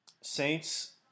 Saints